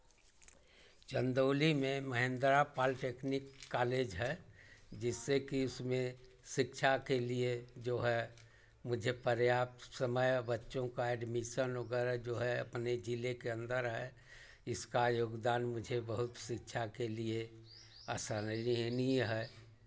चंदौली में Mahendra polytechnic college है जिससे कि उसमें शिक्षा के लिए जो है मुझे पर्याप्त समय बच्चों का एड्मिशन वगैरह जो है अपने जिले के अंदर है इसका योगदान मुझे बहुत शिक्षा के लिए असराहनीय है